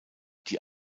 die